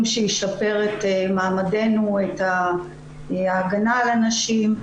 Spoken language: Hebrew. שישפר את מעמדנו ואת ההגנה על הנשים.